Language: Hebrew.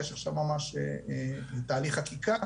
יש עכשיו ממש תהליך חקיקה,